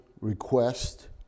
request